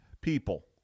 people